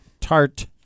tart